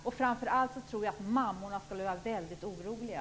Dessutom tror jag att mammorna skulle vara väldigt oroliga.